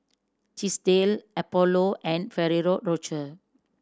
Chesdale Apollo and Ferrero Rocher